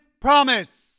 Promise